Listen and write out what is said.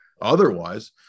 Otherwise